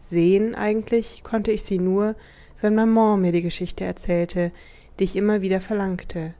sehen eigentlich konnte ich sie nur wenn maman mir die geschichte erzählte die ich immer wieder verlangte